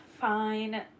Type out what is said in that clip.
fine